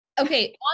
Okay